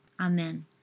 Amen